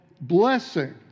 blessing